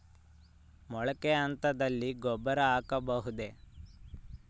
ಮೊಳಕೆ ಹಂತದಲ್ಲಿ ಗೊಬ್ಬರ ಹಾಕಬಹುದೇ?